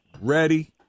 ready